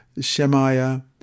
Shemaiah